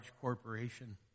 corporation